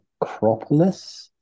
Acropolis